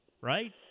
right